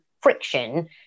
friction